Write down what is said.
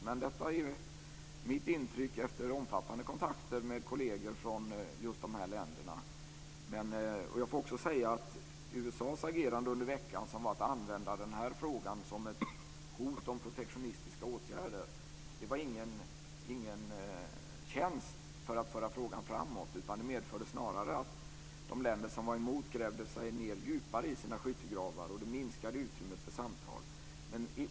Men detta är mitt intryck efter omfattande kontakter med kolleger från just de här länderna. USA:s agerande under veckan, som var att använda den här frågan som ett hot om protektionistiska åtgärder, innebar inte någon tjänst för att föra frågan framåt utan medförde snarare att de länder som var emot grävde sig djupare ned i sina skyttegravar. Det minskade utrymmet för samtal.